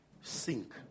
sink